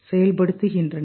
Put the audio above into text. செயல்படுத்துகின்றன